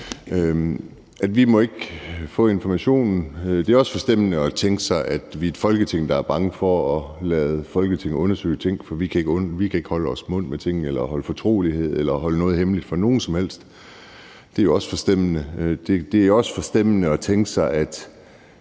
ikke må få informationen. Det er også forstemmende at tænke på, at vi er et Folketing, der er bange for at lade Folketinget undersøge ting, fordi vi ikke kan holde vores mund om tingene eller fastholde fortroligheden eller holde noget hemmeligt for nogen som helst – det er også forstemmende. Det